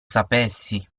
sapessi